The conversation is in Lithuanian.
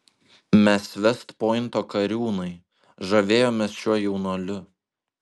mes vest pointo kariūnai žavėjomės šiuo jaunuoliu